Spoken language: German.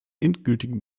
endgültigen